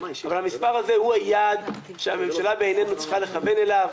אבל המספר הזה הוא היעד שהממשלה בעינינו צריכה לכוון אליו.